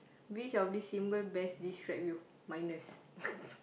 which of these symbols best describe you minus